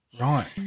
Right